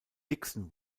dixon